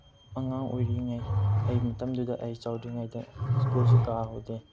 ꯑꯉꯥꯡ ꯑꯣꯏꯔꯤꯉꯩ ꯑꯩ ꯃꯇꯝꯗꯨꯗ ꯑꯩ ꯆꯥꯎꯗ꯭ꯔꯤꯉꯩꯗ ꯁ꯭ꯀꯨꯜꯁꯨ ꯀꯥꯍꯧꯗꯦ